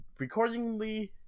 recordingly